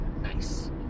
Nice